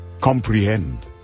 comprehend